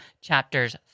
chapters